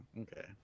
Okay